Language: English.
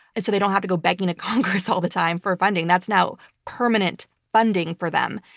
and so they don't have to go begging congress all the time for funding, that's now permanent funding for them,